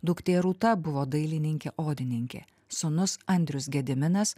duktė rūta buvo dailininkė odininkė sūnus andrius gediminas